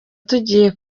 tugiye